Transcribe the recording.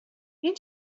این